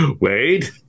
wait